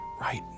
right